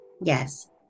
Yes